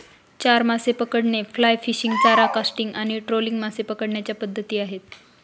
चारा मासे पकडणे, फ्लाय फिशिंग, चारा कास्टिंग आणि ट्रोलिंग मासे पकडण्याच्या पद्धती आहेत